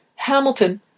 Hamilton